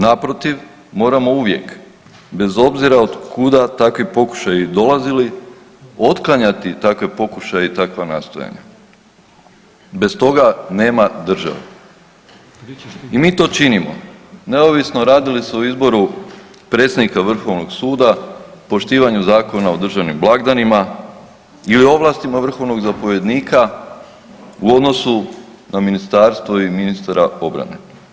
Naprotiv, moramo uvijek bez obzira otkuda takvi pokušaji dolazili otklanjati takve pokušaje i takva nastojanja, bez toga nema države i mi to činimo neovisno radi li se o izboru predsjednika vrhovnog suda, poštivanju Zakona o državnim blagdanima ili ovlastima vrhovnog zaposlenika u odnosu na ministarstvo i ministra obrane.